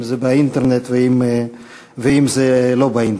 אם זה באינטרנט ואם זה לא באינטרנט.